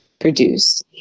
produce